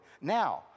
now